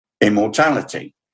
immortality